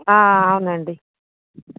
అవునండి